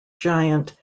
giant